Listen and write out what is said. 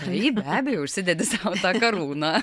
taip be abejo užsidedi tą karūną